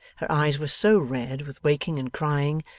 her eyes were so red with waking and crying,